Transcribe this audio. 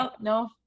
No